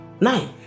Nine